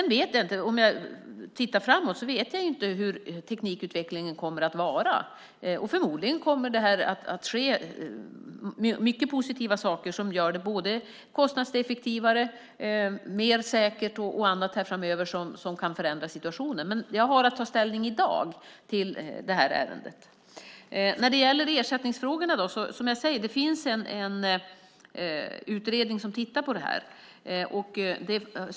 När jag tittar framåt vet jag inte hur teknikutvecklingen kommer att vara. Förmodligen kommer det att ske mycket positiva saker här som både gör det kostnadseffektivare och mer säkert framöver och som kan förändra situationen. Men jag har att ta ställning till det här ärendet i dag. När det gäller ersättningsfrågorna finns det, som jag säger, en utredning som tittar på det här.